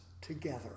together